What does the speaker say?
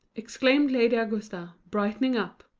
exclaimed lady augusta, brightening up.